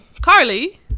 Carly